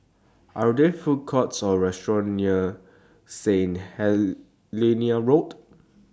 Are There Food Courts Or restaurants near St Helena Road